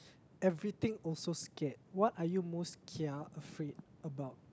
everything also scared what are you most kia afraid about